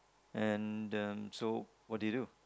and um so what do you do